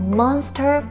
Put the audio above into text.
monster